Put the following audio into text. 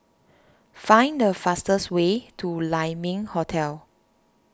find the fastest way to Lai Ming Hotel